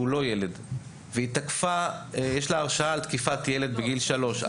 לא ילד ויש לה הרשעה על תקיפתי ילד בגיל שלוש,